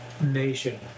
nation